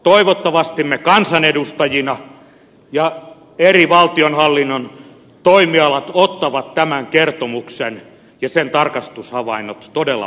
toivottavasti me kansanedustajina ja eri valtionhallinnon toimialat otamme tämän kertomuksen ja sen tarkastushavainnot todella vakavasti